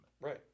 Right